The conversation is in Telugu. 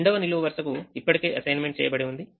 రెండవ నిలువు వరుసకు ఇప్పటికేఅసైన్మెంట్ చేయబడిఉంది